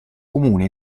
comune